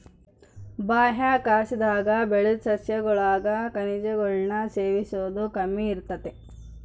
ಬಾಹ್ಯಾಕಾಶದಾಗ ಬೆಳುದ್ ಸಸ್ಯಗುಳಾಗ ಖನಿಜಗುಳ್ನ ಸೇವಿಸೋದು ಕಮ್ಮಿ ಇರ್ತತೆ